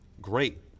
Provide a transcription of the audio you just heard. great